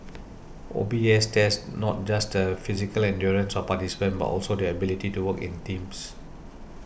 O B S tests not just the physical endurance of participants but also their ability to work in teams